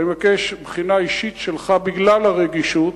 אני מבקש בחינה אישית שלך, בגלל הרגישות.